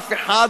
ואף אחד,